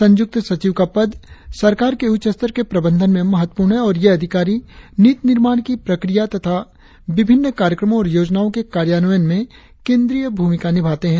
संयुक्त सचिव का पद सरकार के उच्च स्तर के प्रबंधन में महत्वपूर्ण है और ये अधिकारी नीति निर्माण की प्रक्रिया तथा विभिन्न कार्यक्रमों और योजनाओं के कार्यान्वयन में केंद्रीय भूमिका निभाते हैं